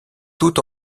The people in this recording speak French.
tout